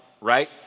right